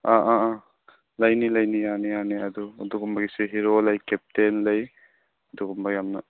ꯑꯥ ꯑꯥ ꯑꯥ ꯂꯩꯅꯤ ꯂꯩꯅꯤ ꯌꯥꯅꯤ ꯌꯥꯅꯤ ꯑꯗꯣ ꯑꯗꯨꯒꯨꯝꯕꯒꯤꯁꯤ ꯍꯦꯔꯣ ꯂꯩ ꯀꯦꯞꯇꯦꯟ ꯂꯩ ꯑꯗꯨꯒꯨꯝꯕ ꯌꯥꯝꯅ